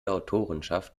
autorenschaft